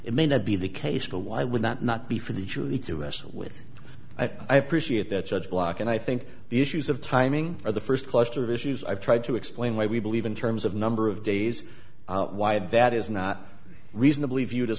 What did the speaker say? it may not be the case but why would that not be for the jury to wrestle with i appreciate that judge block and i think the issues of timing are the first cluster of issues i've tried to explain why we believe in terms of number of days why that is not reasonably viewed as